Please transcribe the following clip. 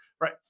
Right